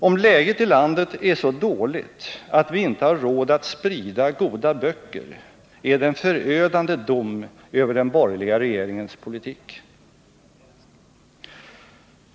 Om läget i landet är så dåligt att vi inte har råd att sprida goda böcker är det en förödande dom över den borgerliga regeringens politik.